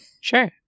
Sure